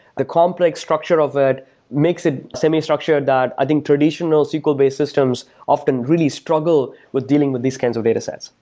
the complex structure of it makes it semi-structured that i think traditional sql base systems often really struggle with dealing with these kinds of datasets.